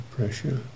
Pressure